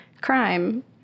crime